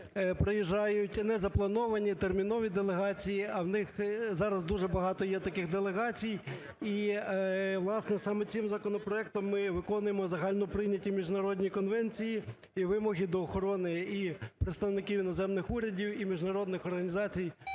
приїжджають незаплановані, термінові делегації, а в них зараз дуже багато є таких делегацій. І, власне, цим законопроектом ми виконуємо загальноприйняті міжнародні конвенції і вимоги до охорони і представників іноземних урядів, і міжнародних організацій.